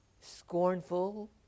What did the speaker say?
scornful